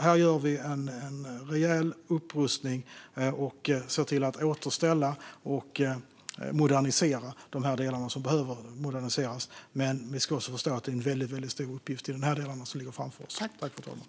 Här gör vi alltså en rejäl upprustning och ser till att återställa och modernisera de delar som behöver moderniseras. Men vi ska också förstå att det är väldigt stor uppgift som ligger framför oss i de här delarna.